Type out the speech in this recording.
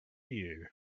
you